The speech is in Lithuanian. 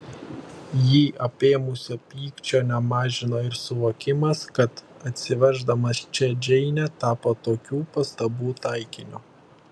jį apėmusio pykčio nemažino ir suvokimas kad atsiveždamas čia džeinę tapo tokių pastabų taikiniu